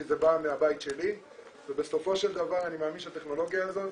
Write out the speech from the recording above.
כי זה בא מהבית שלי ובסופו של דבר אני מאמין שהטכנולוגיה הזאת